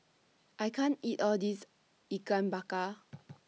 I can't eat All This Ikan Bakar